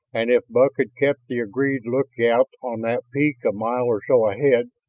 and if buck had kept the agreed lookout on that peak a mile or so ahead,